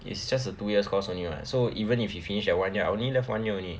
it's just a two years course only [what] so even if you finish that one year I only left one year only